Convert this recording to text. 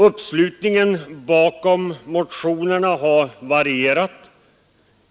Uppslutningen bakom motionerna har varierat.